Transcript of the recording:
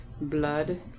blood